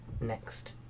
next